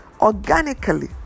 organically